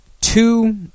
two